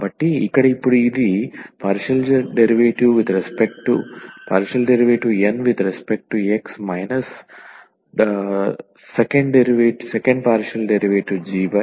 కాబట్టి ఇక్కడ ఇప్పుడు ఇది ∂N∂x 2g∂x∂y